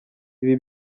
ibi